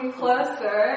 closer